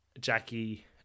Jackie